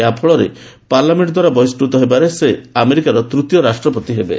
ଏହାଫଳରେ ପାର୍ଲାମେଣ୍ଟ ଦ୍ୱାରା ବହିସ୍କୃତ ହେବାରେ ସେ ଆମେରିକାର ତୃତୀୟ ରାଷ୍ଟପତି ହେବେ